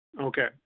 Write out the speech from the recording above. Okay